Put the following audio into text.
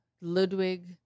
Ludwig